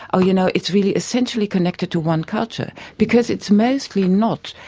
oh, you know, it's really essentially connected to one culture. because it's mostly not.